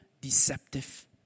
deceptive